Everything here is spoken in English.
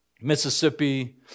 Mississippi